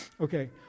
Okay